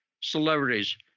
Celebrities